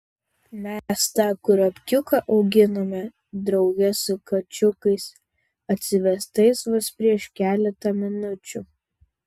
mes tą kurapkiuką auginome drauge su kačiukais atsivestais vos prieš keletą minučių